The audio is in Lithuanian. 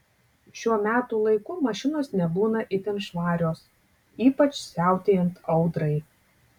šiuo metų laiku mašinos nebūna itin švarios ypač siautėjant audrai